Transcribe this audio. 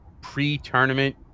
pre-tournament